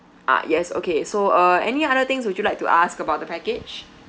ah yes okay so uh any other things would you like to ask about the package